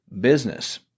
business